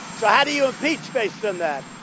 ah do you impeach based on that?